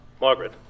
Margaret